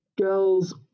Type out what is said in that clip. girls